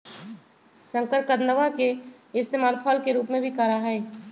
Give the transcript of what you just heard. शकरकंदवा के इस्तेमाल फल के रूप में भी करा हई